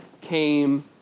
came